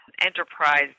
enterprise